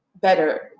better